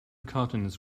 continents